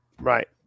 Right